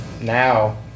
now